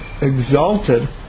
exalted